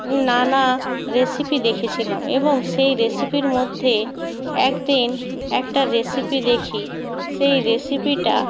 নানা রেসিপি দেখেছিলাম এবং সেই রেসিপির মধ্যে এক দিন একটা রেসিপি দেখি সেই রেসিপিটা